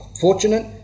fortunate